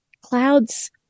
clouds